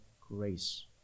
grace